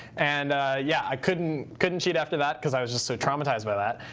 and yeah, i couldn't couldn't cheat after that, because i was just so traumatized by that.